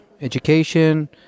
education